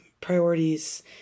priorities